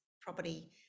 property